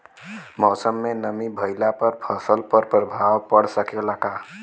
मौसम में नमी भइला पर फसल पर प्रभाव पड़ सकेला का?